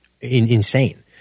insane